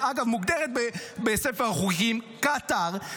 שאגב מוגדרת בספר החוקים "קטאר",